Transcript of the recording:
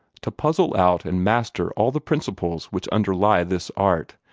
to puzzle out and master all the principles which underlie this art,